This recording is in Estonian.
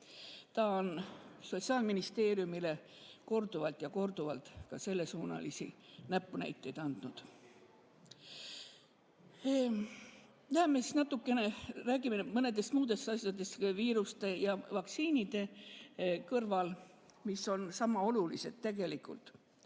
Ta on Sotsiaalministeeriumile korduvalt ja korduvalt ka sellesuunalisi näpunäiteid andnud. Natuke räägime mõnedest muudest asjadest viiruste ja vaktsiinide kõrval, mis on tegelikult